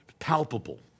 palpable